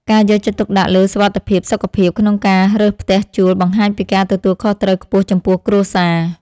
ការយកចិត្តទុកដាក់លើសុវត្ថិភាពសុខភាពក្នុងការរើសផ្ទះជួលបង្ហាញពីការទទួលខុសត្រូវខ្ពស់ចំពោះគ្រួសារ។